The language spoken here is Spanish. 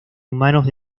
humanos